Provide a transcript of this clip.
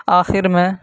آخر میں